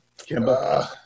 Kimba